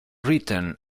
written